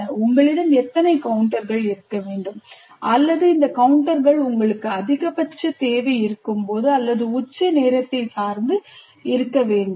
உங்களிடம் எத்தனை கவுண்டர்கள் இருக்க வேண்டும் அல்லது இந்த கவுண்டர்கள் உங்களுக்கு அதிகபட்ச தேவை இருக்கும்போது அல்லது உச்ச நேரத்தை சார்ந்து இருக்க வேண்டுமா